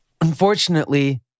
Unfortunately